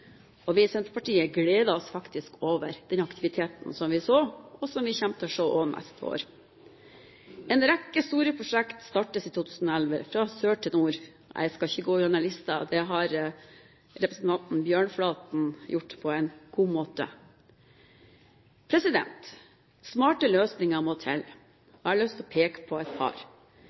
kjørte. Vi i Senterpartiet gledet oss faktisk over den aktiviteten vi så, og som vi også kommer til å se neste år. En rekke store prosjekt startes i 2011, fra sør til nord. Jeg skal ikke gå gjennom listen; det har representanten Bjørnflaten gjort på en god måte. Smarte løsninger må til. Jeg har lyst til å peke på et par.